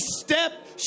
step